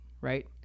right